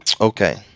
Okay